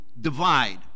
divide